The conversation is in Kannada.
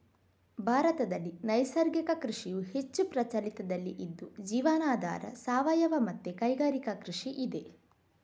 ಭಾರತದಲ್ಲಿ ನೈಸರ್ಗಿಕ ಕೃಷಿಯು ಹೆಚ್ಚು ಪ್ರಚಲಿತದಲ್ಲಿ ಇದ್ದು ಜೀವನಾಧಾರ, ಸಾವಯವ ಮತ್ತೆ ಕೈಗಾರಿಕಾ ಕೃಷಿ ಇದೆ